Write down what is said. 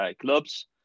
clubs